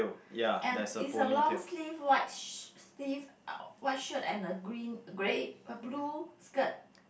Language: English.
and is a long sleeve white sh~ sleeve uh white shirt and a green grey uh blue skirt